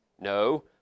No